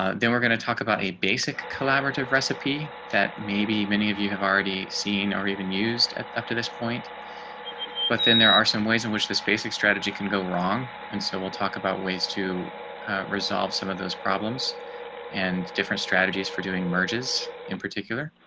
ah then we're going to talk about a basic collaborative recipe that maybe many of you have already seen, or even used up to this point. jeff terrell but then there are some ways in which this basic strategy can go wrong. and so we'll talk about ways to resolve some of those problems and different strategies for doing merges in particular.